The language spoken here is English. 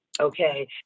okay